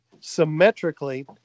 symmetrically